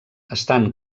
estan